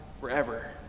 forever